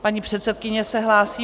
Paní předsedkyně se hlásí.